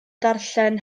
darllen